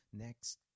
next